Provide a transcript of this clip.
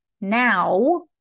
Now